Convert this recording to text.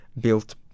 built